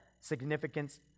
significance